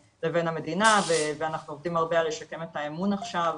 המדינה ואנחנו עובדים הרבה על שיקום האמון עכשיו,